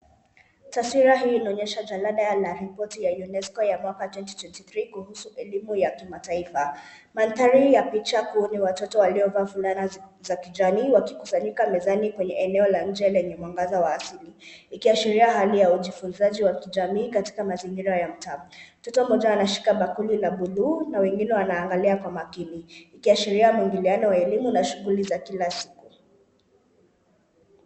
Taswira hii inaonyesha jalada la ripoti ya UNESCO ya mwaka 2023 kuhusu elimu ya kimataifa. Mandhari ya picha kuu ni watoto waliovaa fulana za kijani, wakikusanyika mezani kwenye eneo la nje lenye mwangaza wa asili, ikiashiria hali ya ujifunzaji wa kijamii katika mazingira ya utaam. Mtoto mmoja anashika bakuli la blue na wengine wanaangalia kwa makini, ikiashiria muingiliano wa elimu na shughuli za kila siku.